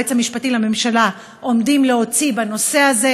והיועץ המשפטי לממשלה עומדים להוציא בנושא הזה,